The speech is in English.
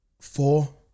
Four